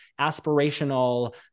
aspirational